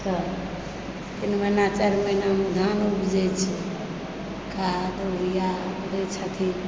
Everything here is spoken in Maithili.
तऽ तीन महीना चारि महीनामे धान उपजै छै खाद्य यूरिआ दए छथिन